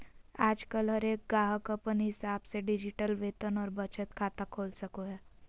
आजकल हरेक गाहक अपन हिसाब से डिजिटल वेतन और बचत खाता खोल सको हय